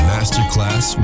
Masterclass